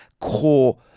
core